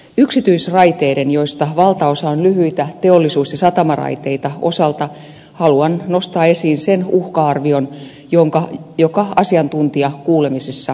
yksityisraiteiden osalta joista valtaosa on lyhyitä teollisuus ja satamaraiteita haluan nostaa esiin sen uhka arvion joka asiantuntijakuulemisissa kuultiin